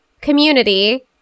community